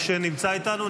שנמצא איתנו?